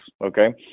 okay